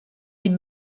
des